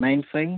nine five